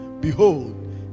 behold